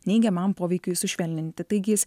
neigiamam poveikiui sušvelninti taigi jis